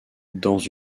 dans